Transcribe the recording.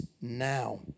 now